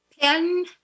Pen